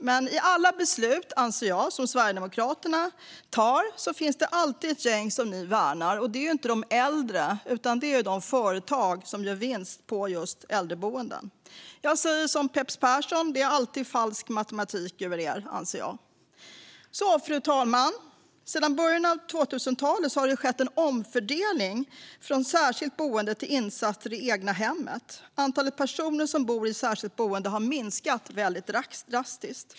Men jag anser att det i alla beslut som Sverigedemokraterna tar alltid finns ett gäng som de värnar. Det är inte de äldre, utan det är de företag som gör vinst på att driva just äldreboenden. Jag säger som Peps Persson: Det är alltid falsk matematik över er. Fru talman! Sedan början av 2000-talet har det skett en omfördelning från särskilt boende till insatser i det egna hemmet. Antalet personer som bor i särskilt boende har minskat drastiskt.